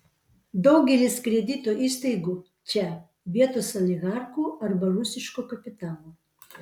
daugelis kredito įstaigų čia vietos oligarchų arba rusiško kapitalo